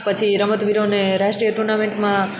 પછી રમતવીરોને રાષ્ટ્રિય ટુર્નામેંટમાં